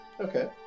Okay